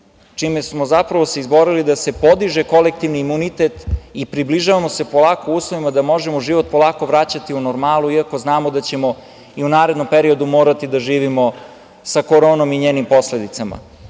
čime smo se zapravo izborili da se podiže kolektivni imunitet i približavamo se polako uslovima da možemo život polako vraćati u normalu, iako znamo da ćemo i u narednom periodu morati da živimo sa koronom i njenim posledicama. Ono